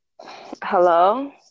Hello